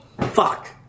fuck